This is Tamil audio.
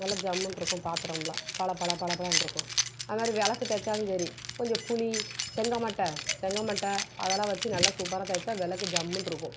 நல்ல ஜம்முன்னு இருக்கும் பாத்திரம்லாம் பளபளபளபளன்னு இருக்கும் அதுமாதிரி விளக்கு தேய்ச்சாலும் சரி கொஞ்சம் புளி செங்காமட்டை செங்காமட்டை அதெல்லாம் வச்சு நல்லா சூப்பராக தேய்ச்சா விளக்கு ஜம்முன்னு இருக்கும்